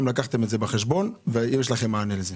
האם לקחתם את זה בחשבון והאם יש לכם מענה לזה?